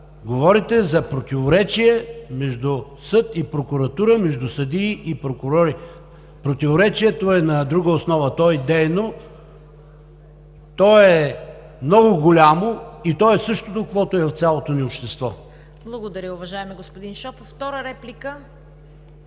говорите за противоречие между съд и прокуратура, между съдии и прокурори. Противоречието е на друга основа, то е идейно, то е много голямо и то е същото, каквото е в цялото ни общество. ПРЕДСЕДАТЕЛ ЦВЕТА КАРАЯНЧЕВА: Благодаря Ви, уважаеми господин Шопов. Втора реплика?